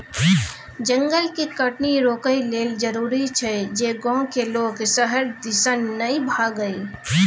जंगल के कटनी रोकइ लेल जरूरी छै जे गांव के लोक शहर दिसन नइ भागइ